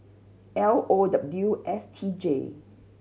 L O W S T J